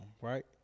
right